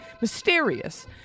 mysterious